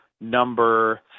number